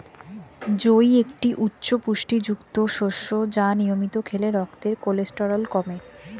জই একটি উচ্চ পুষ্টিগুণযুক্ত শস্য যা নিয়মিত খেলে রক্তের কোলেস্টেরল কমে